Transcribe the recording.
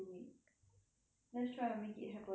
let's try and make it happen this saturday night okay